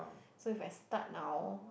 so if I start now